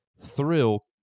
thrill